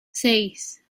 seis